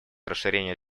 расширение